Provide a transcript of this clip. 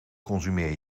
consumeer